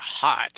hot